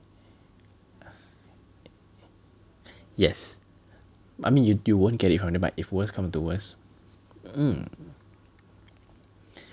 yes I mean you you won't get it from them but if worse come to worst